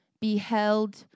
beheld